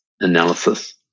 analysis